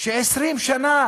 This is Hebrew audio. ש-20 שנה